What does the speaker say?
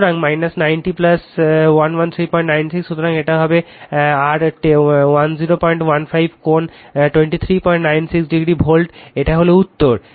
সুতরাং 90 11396 সুতরাং এটি হবে R1015 কোণ 2396 ডিগ্রি ভোল্ট এই হল উত্তর